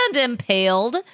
impaled